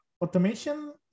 automation